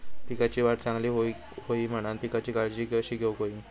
पिकाची वाढ चांगली होऊक होई म्हणान पिकाची काळजी कशी घेऊक होई?